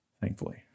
thankfully